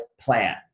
plan